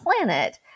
planet